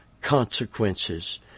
consequences